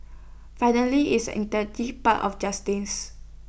finally is an integral part of justice